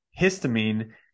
Histamine